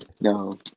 No